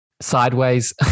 sideways